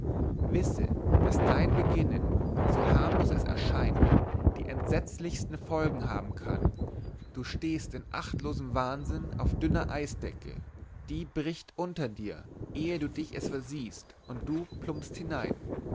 wisse daß dein beginnen so harmlos wie es scheint die entsetzlichsten folgen haben kann du stehst in achtlosem wahnsinn auf dünner eisdecke die bricht unter dir ehe du dich es versiehst und du plumpst hinein